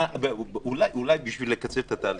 אולי בשביל לקצר את התהליכים,